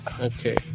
Okay